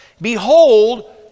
Behold